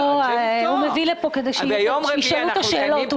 לא, הוא מביא לפה כדי שישאלו את השאלות.